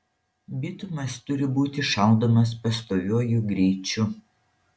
bitumas turi būti šaldomas pastoviuoju greičiu